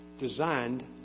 designed